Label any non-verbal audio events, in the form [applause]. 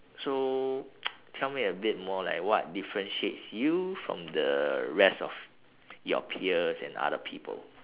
so [noise] tell me a bit like what differentiates you from the rest of [noise] your peers and other people